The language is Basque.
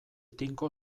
tinko